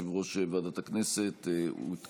החדש ולבחינת היערכות המדינה למגפות ולרעידות אדמה